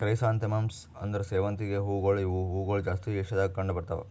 chrysanthemums ಅಂದುರ್ ಸೇವಂತಿಗೆ ಹೂವುಗೊಳ್ ಇವು ಹೂಗೊಳ್ ಜಾಸ್ತಿ ಏಷ್ಯಾದಾಗ್ ಕಂಡ್ ಬರ್ತಾವ್